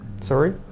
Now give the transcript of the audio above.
Sorry